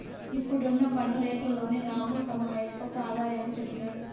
ఇప్పుడున్న పన్ను రేట్లలోని రాము తమ ఆయప్పకు ఆదాయాన్ని చెప్పినాడు